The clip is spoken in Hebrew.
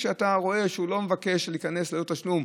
כשאתה רואה שהוא לא מבקש להיכנס ללא תשלום,